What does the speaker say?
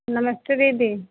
नमस्ते दीदी